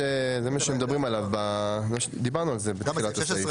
דיברנו על זה בתחילת הסעיף.